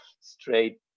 straight